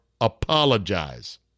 apologize